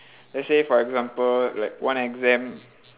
let's say for example like one exam